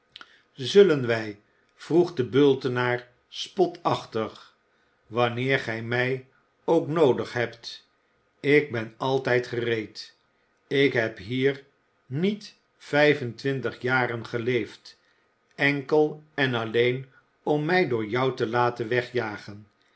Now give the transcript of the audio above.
zullen wij vroeg de bultenaar spotachtig wanneer gij mij ook noodig hebt ik ben altijd gereed ik heb hier niet vijf en twintig jaren geleefd enkel en alleen om mij door jou te laten wegjagen